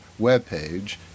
webpage